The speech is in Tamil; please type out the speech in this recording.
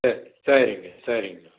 சேரி சரிங்க சரிங்க